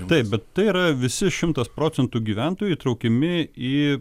taip bet tai yra visi šimtas procentų gyventojų įtraukiami į